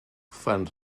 fan